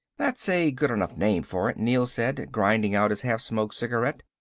that's a good enough name for it, neel said, grinding out his half-smoked cigarette.